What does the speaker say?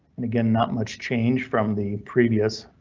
and again, not much change from the previous.